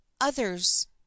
others